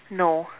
no